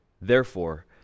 Therefore